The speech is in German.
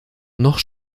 noch